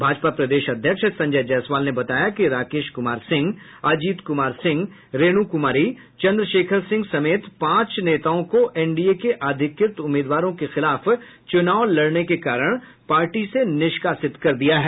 भाजपा प्रदेश अध्यक्ष संजय जायसवाल ने बताया कि राकेश कुमार सिंह अजीत कुमार सिंह रेणु कुमारी चंद्रशेखर सिंह समेत पांच को एनडीए के अधिकृत उम्मीदवारों के खिलाफ चुनाव लड़ने के कारण पार्टी से निष्कासित कर दिया गया है